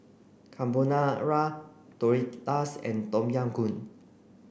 Carbonara Tortillas and Tom Yam Goong